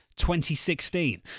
2016